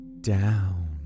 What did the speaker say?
down